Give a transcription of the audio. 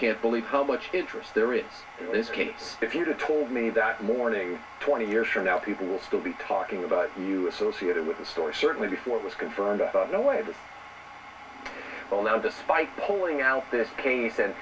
can't believe how much interest there is this case if you told me that morning twenty years from now people will still be talking about you associated with the story certainly before it was confirmed by the way well now the spike pulling out this case and